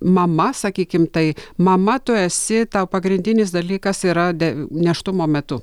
mama sakykim tai mama tu esi pagrindinis dalykas yra nėštumo metu